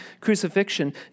crucifixion